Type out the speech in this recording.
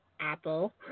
Apple